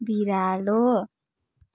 बिरालो